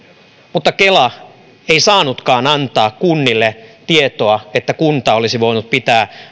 mutta kela ei saanutkaan antaa kunnille tietoa jotta kunta olisi voinut pitää